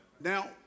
Now